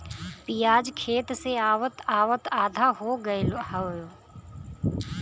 पियाज खेत से आवत आवत आधा हो गयल हउवे